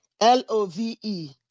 L-O-V-E